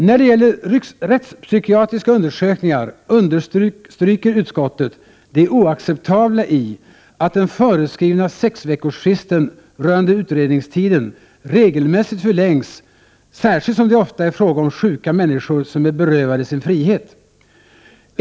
När det gäller rättspsykiatriska undersökningar understryker utskottet det oacceptabla i att den föreskrivna sexveckorsfristen rörande utredningstiden regelmässigt förlängs, särskilt som det ofta är fråga om sjuka människor som är berövade sin frihet.